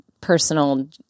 personal